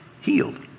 healed